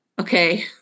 okay